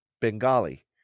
bengali